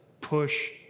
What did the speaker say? push